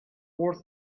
worth